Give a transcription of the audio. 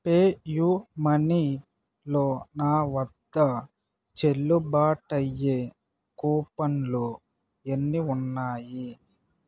PayU మనీలో నా వద్ద చెల్లుబాటయ్యే కూపన్లు ఎన్ని ఉన్నాయి